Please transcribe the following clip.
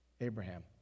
Abraham